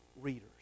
readers